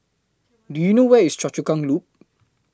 Do YOU know Where IS Choa Chu Kang Loop